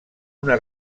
una